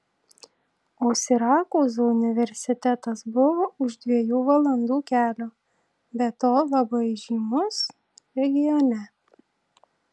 o sirakūzų universitetas buvo už dviejų valandų kelio be to labai žymus regione